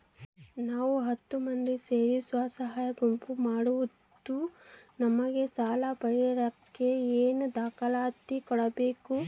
ನಾವು ಹತ್ತು ಮಂದಿ ಸೇರಿ ಸ್ವಸಹಾಯ ಗುಂಪು ಮಾಡಿದ್ದೂ ನಮಗೆ ಸಾಲ ಪಡೇಲಿಕ್ಕ ಏನೇನು ದಾಖಲಾತಿ ಕೊಡ್ಬೇಕು?